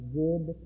good